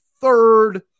third